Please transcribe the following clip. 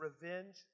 revenge